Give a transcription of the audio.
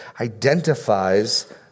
identifies